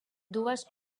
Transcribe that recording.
dues